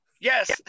Yes